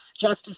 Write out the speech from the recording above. Justice